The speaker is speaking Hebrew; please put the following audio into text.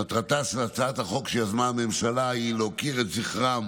מטרתה של הצעת החוק שיזמה הממשלה היא להוקיר את זכרם